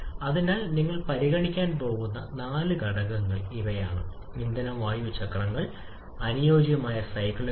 അതിനാൽ അനുയോജ്യമായ സാഹചര്യത്തിൽ നിങ്ങൾക്ക് ഇവ ഉണ്ടായിരിക്കണം ഇതാണ് അനുയോജ്യമായ സാഹചര്യം